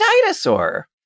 dinosaur